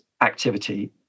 activity